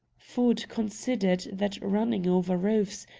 ford considered that running over roofs,